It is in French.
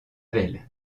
vesle